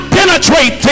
penetrate